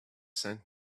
sent